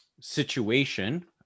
situation